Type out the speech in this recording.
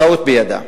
טעות בידה.